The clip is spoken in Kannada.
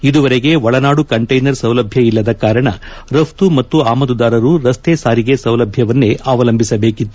ಇದುವರೆಗೆ ಒಳನಾಡು ಕಂಟ್ಲೆನರ್ ಸೌಲಭ್ಞ ಇಲ್ಲದ ಕಾರಣ ರಫ್ತು ಮತ್ತು ಆಮದುದಾರರು ರಸ್ತೆ ಸಾರಿಗೆ ಸೌಲಭ್ಞವನ್ನೇ ಅವಲಂಬಿಸಬೇಕಿತ್ತು